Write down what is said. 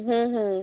হুম হুম